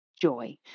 joy